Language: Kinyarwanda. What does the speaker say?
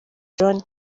john